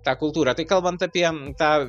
tą kultūrą tai kalbant apie tą